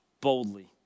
Boldly